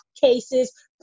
cases